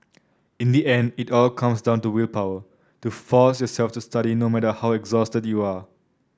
in the end it all comes down to willpower to force yourself to study no matter how exhausted you are